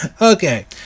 Okay